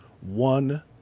one